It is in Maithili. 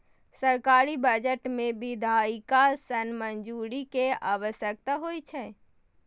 सरकारी बजट कें विधायिका सं मंजूरी के आवश्यकता होइ छै